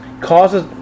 causes